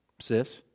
Sis